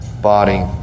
body